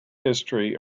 history